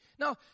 Now